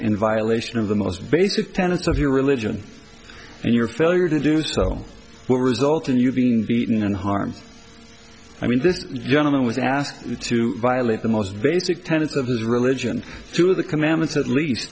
in violation of the most basic tenets of your religion and your failure to do so will result in you being beaten and harms i mean this gentleman was asked to violate the most basic tenets of his religion to the commandments at least